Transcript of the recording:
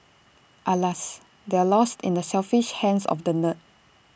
alas they're lost in the selfish hands of the nerd